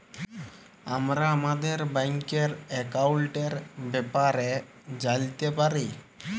আমরা আমাদের ব্যাংকের একাউলটের ব্যাপারে জালতে পারি